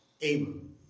Abraham